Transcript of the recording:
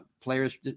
players